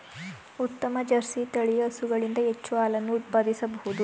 ಉತ್ತಮ ಜರ್ಸಿ ತಳಿಯ ಹಸುಗಳಿಂದ ಹೆಚ್ಚು ಹಾಲನ್ನು ಉತ್ಪಾದಿಸಬೋದು